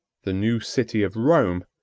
the new city of rome,